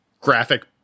graphic